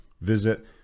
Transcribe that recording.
Visit